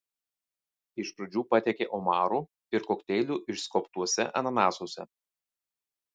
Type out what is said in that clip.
iš pradžių patiekė omarų ir kokteilių išskobtuose ananasuose